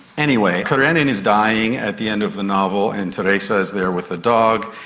anyway, karenin is dying at the end of the novel and tereza is there with the dog,